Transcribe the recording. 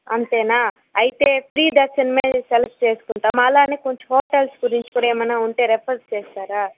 అంతేనా అయితే ఫ్రీ దర్శనమే సెలెక్ట్ చేసుకుంటాం అలానే కొంచెం హోటల్స్ గురించి కూడా ఏమన్నా ఉంటే రిఫర్ చేస్తారా